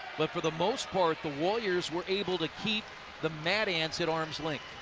but for the most part, the warriors were able to keep the mad ants at arm's length.